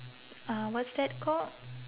uh what's that called